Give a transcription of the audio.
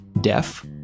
deaf